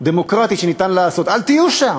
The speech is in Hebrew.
דמוקרטי שאפשר לעשות, אל תהיו שם.